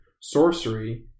sorcery